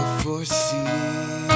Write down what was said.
foresee